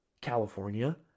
California